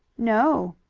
no.